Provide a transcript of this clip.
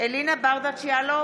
אלינה ברדץ' יאלוב,